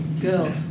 Girls